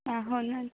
आं हो ना